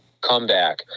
comeback